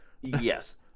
Yes